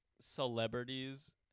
celebrities